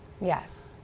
Yes